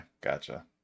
gotcha